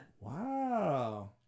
Wow